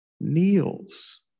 kneels